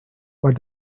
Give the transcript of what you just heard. but